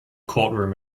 courtroom